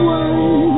one